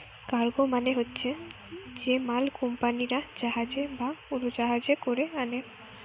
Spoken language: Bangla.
কার্গো মানে হচ্ছে যে মাল কুম্পানিরা জাহাজ বা উড়োজাহাজে কোরে আনে